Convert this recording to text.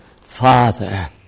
Father